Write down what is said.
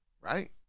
right